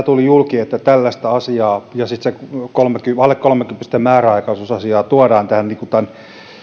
tuli julki että tällaista asiaa ja alle kolmekymppisten määräaikaisuusasiaa tuodaan tämän